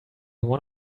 one